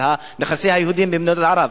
על נכסי היהודים במדינות ערב.